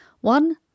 One